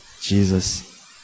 Jesus